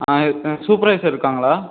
இருக் சூப்பர்வைசர் இருக்காங்களா